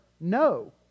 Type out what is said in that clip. No